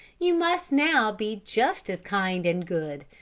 you must now be just as kind and good,